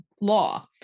law